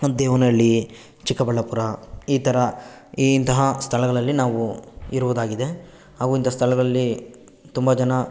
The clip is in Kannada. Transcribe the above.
ಒಂದು ದೇವನಹಳ್ಳಿ ಚಿಕ್ಕಬಳ್ಳಾಪುರ ಈ ಥರ ಇಂತಹ ಸ್ಥಳಗಳಲ್ಲಿ ನಾವು ಇರುವುದಾಗಿದೆ ಹಾಗು ಇಂಥ ಸ್ಥಳಗಳಲ್ಲಿ ತುಂಬ ಜನ